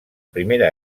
primera